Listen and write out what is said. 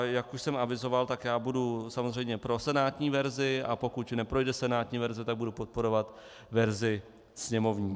Jak už jsem avizoval, tak já budu samozřejmě pro senátní verzi, a pokud neprojde senátní verze, tak budu podporovat verzi sněmovní.